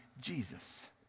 Jesus